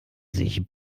sich